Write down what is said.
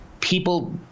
people